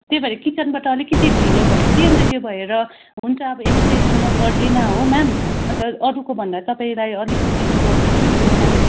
तेइ भएर किचनबाट अलिकिति ढिलो भयो कि अन्त त्यो भएर हुन्छ अब एक्सप्लेन त म गर्दिनँ हो म्याम अन्त अरूको भन्दा तपाईँलाई अलिकति छिटो गरिदिन्छु नि म म्याम